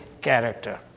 character